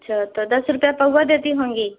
अच्छा तो दस रूपया पौवा देती होंगी